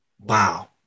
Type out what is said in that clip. Wow